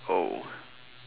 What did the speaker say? oh